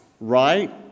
right